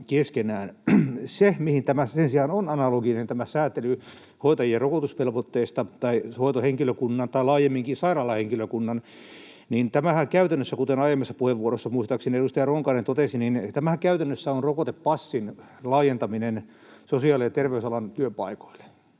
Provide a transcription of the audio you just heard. Se, mihin sen sijaan on analoginen tämä säätely hoitajien tai hoitohenkilökunnan tai laajemminkin sairaalahenkilökunnan rokotusvelvoitteesta, on se, että tämähän käytännössä, kuten aiemmissa puheenvuoroissa muistaakseni edustaja Ronkainen totesi, on rokotepassin laajentaminen sosiaali‑ ja terveysalan työpaikoille.